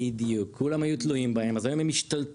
בדיוק, כולם היו תלויים בהם, אז היום הם השתלטו.